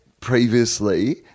previously